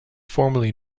formerly